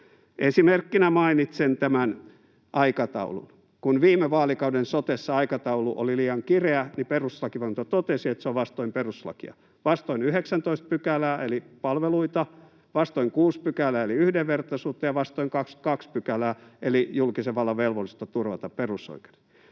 Esimerkkinä mainitsen tämän aikataulun. Kun viime vaalikauden sotessa aikataulu oli liian kireä, niin perustuslakivaliokunta totesi, että se on vastoin perustuslakia: vastoin 19 §:ää eli palveluita, vastoin 6 §:ää eli yhdenvertaisuutta ja vastoin 22 §:ää eli julkisen vallan velvollisuutta turvata perusoikeudet.